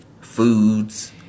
foods